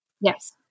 Yes